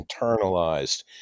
internalized